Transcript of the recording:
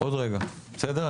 עוד רגע, בסדר?